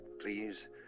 please